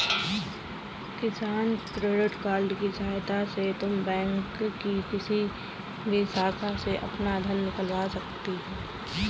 किसान credit card की सहायता से तुम बैंक की किसी भी शाखा से अपना धन निकलवा सकती हो